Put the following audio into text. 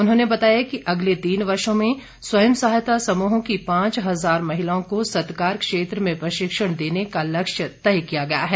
उन्होंने बताया कि अगले तीन वर्षो में स्वंय सहायता समूहों की पांच हजार महिलाओं को सत्कार क्षेत्र में प्रशिक्षण देने का लक्ष्य तय किया गया है